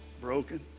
broken